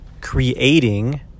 creating